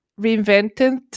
reinvented